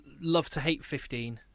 love-to-hate-15